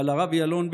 אבל הרב ילון,